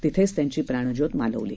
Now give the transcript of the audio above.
तिथेच त्याची प्राणज्योत मालवली